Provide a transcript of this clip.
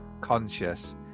conscious